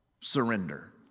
surrender